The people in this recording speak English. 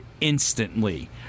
instantly